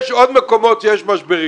יש עוד מקומות שיש משברים.